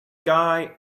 guy